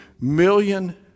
million